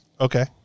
Okay